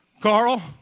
Carl